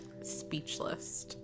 speechless